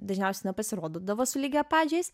dažniausiai nepasirodydavo su lygiapadžiais